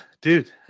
dude